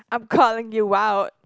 I'm calling you out